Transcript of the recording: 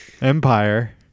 Empire